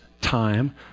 time